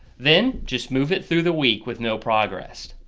then just move it through the week with no progress.